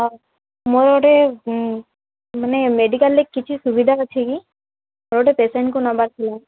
ହଁ ମୋର ଗୋଟେ ମାନେ ମେଡ଼ିକାଲ୍ରେ କିଛି ସୁବିଧା ଅଛି କି ମୋର ଗୋଟେ ପେସେଣ୍ଟକୁ ନେବାର ଥିଲା